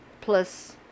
Plus